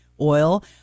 oil